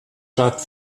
stadt